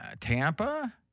Tampa